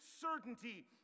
certainty